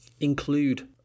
include